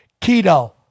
Keto